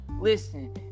listen